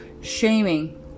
shaming